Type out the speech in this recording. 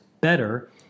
better